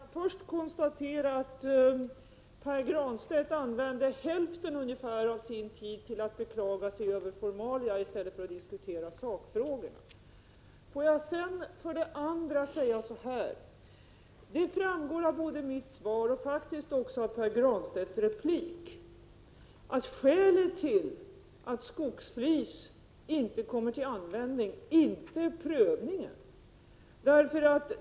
Herr talman! Låt mig för det första konstatera att Pär Granstedt använde ungefär hälften av sin tid till att beklaga sig över formalia i stället för att diskutera sakfrågorna. För det andra vill jag säga att det framgår både av mitt svar och faktiskt också av Pär Granstedts inlägg att skälet till att skogsflis inte kommer till användning inte är prövningen.